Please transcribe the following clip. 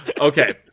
Okay